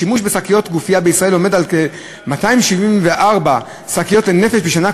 השימוש בשקיות גופייה בישראל הוא כ-274 שקיות לנפש בשנה,